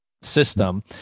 system